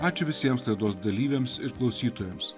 ačiū visiems laidos dalyviams ir klausytojams